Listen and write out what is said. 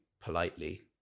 politely